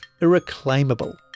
irreclaimable